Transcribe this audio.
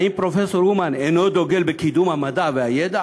האם פרופסור אומן אינו דוגל בקידום המדע והידע?